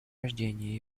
рождения